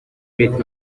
with